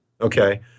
Okay